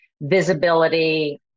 visibility